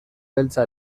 beltza